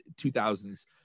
2000s